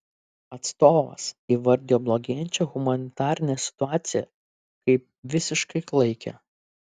atstovas įvardijo blogėjančią humanitarinę situaciją kaip visiškai klaikią